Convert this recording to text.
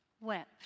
wept